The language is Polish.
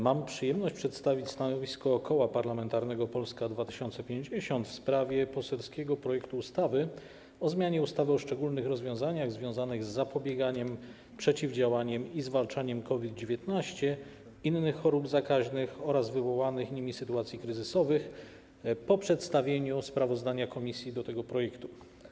Mam przyjemność przedstawić stanowisko Koła Parlamentarnego Polska 2050 w sprawie poselskiego projektu ustawy o zmianie ustawy o szczególnych rozwiązaniach związanych z zapobieganiem, przeciwdziałaniem i zwalczaniem COVID-19, innych chorób zakaźnych oraz wywołanych nimi sytuacji kryzysowych po przedstawieniu sprawozdania komisji odnośnie do tego projektu.